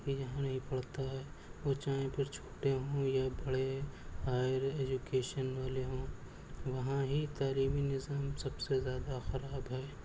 یہ یہاں نہیں پڑھتا ہے وہ چاہے پھر چھوٹے ہوں یا بڑے ہائر ایجوکیشن والے ہوں وہاں ہی تعلیمی نظام سب سے زیادہ خراب ہے